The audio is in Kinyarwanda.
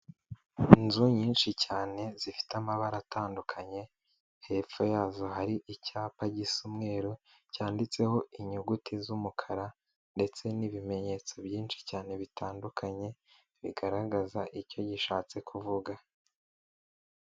Inzu nyinshi cyane zifite amabara atandukanye, hepfo yazo hari icyapa gisa umweru, cyanditseho inyuguti z'umukara, ndetse n'ibimenyetso byinshi cyane bitandukanye, bigaragaza icyo gishatse kuvuga.